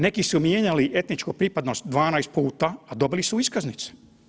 Neki su mijenjali etničku pripadnost 12 puta, a dobili su iskaznice.